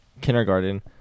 kindergarten